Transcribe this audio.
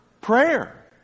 Prayer